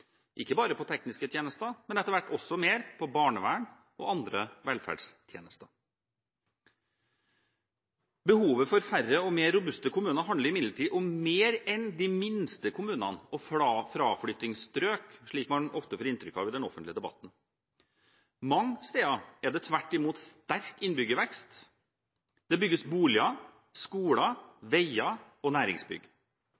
ikke bare på tekniske tjenester, men etter hvert også mer på barnevern og andre velferdstjenester. Behovet for færre og mer robuste kommuner handler imidlertid om mer enn de minste kommunene og fraflyttingsstrøk, slik man ofte får inntrykk av at det gjør i den offentlige debatten. Mange steder er det tvert imot sterk innbyggervekst, det bygges boliger,